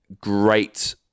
great